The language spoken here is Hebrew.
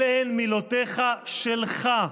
אלה הן מילותיך שלך,